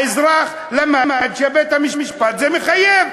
האזרח למד שבית-המשפט זה מחייב,